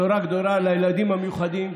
בשורה גדולה לילדים המיוחדים,